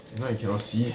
if not you cannot see